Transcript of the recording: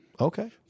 Okay